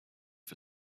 for